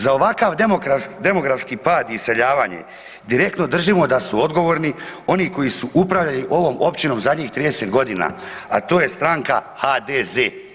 Za ovakav demografski pad i iseljavanje, direktno držimo da su odgovorni oni su koji su upravljali ovom općinom zadnjih 30 g. a to je stranka HDZ.